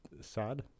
sad